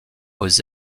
aux